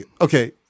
okay